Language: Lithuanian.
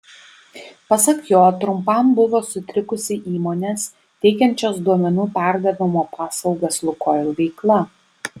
pasak jo trumpam buvo sutrikusi įmonės teikiančios duomenų perdavimo paslaugas lukoil veikla